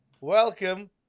Welcome